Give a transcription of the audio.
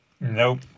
Nope